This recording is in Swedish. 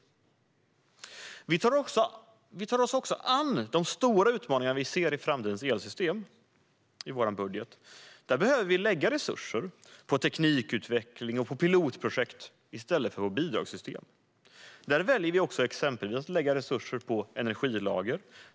Vi tar oss också i vår budget an de stora utmaningar som vi ser i framtidens elsystem. Vi behöver lägga resurser på teknikutveckling och pilotprojekt i stället för på bidragssystem. Därför väljer vi också att exempelvis lägga resurser på energilager.